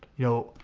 you know,